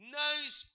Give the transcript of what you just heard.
nice